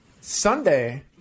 Sunday